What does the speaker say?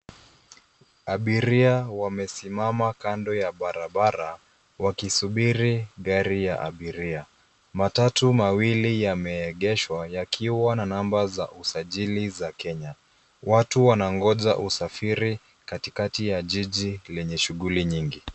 Abiria wamesimama kando ya barabara, wakisubiri gari ya abiria. Matatu mawili yameegeshwa, yakiwa na namba za usajili za Kenya. Watu wanangoja usafiri katikati ya jiji lenye shughuli nyingi.